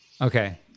Okay